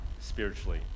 spiritually